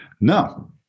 No